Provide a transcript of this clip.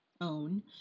own